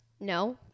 No